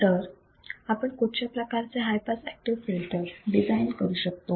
तर आपण कुठच्या प्रकारचे high pass active filter design करू शकतो